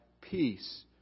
peace